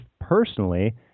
personally